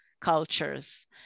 cultures